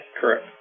correct